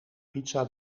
pizza